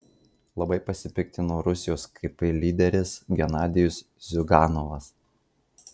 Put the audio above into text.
labai pasipiktino rusijos kp lyderis genadijus ziuganovas